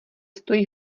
stojí